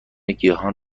گیاهان